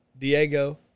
Diego